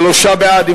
שלושה בעד.